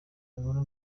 inkuru